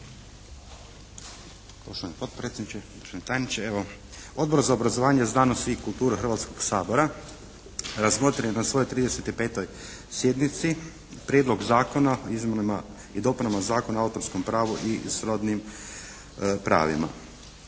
Odbor za obrazovanje, znanost i kulturu Hrvatskog sabora razmotrio je na svojoj 35. sjednici Prijedlog zakona o izmjenama i dopunama Zakona o autorskom pravu i srodnim pravima.